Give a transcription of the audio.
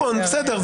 בסדר,